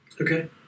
Okay